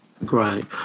Right